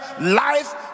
life